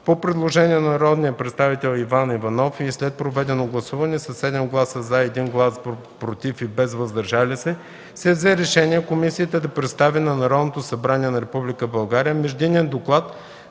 По предложение на народния представител Иван Иванов и след проведено гласуване със седем гласа „за”, един глас „против” и без „въздържали се” се взе решение комисията да представи на Народното събрание на Република България Междинен доклад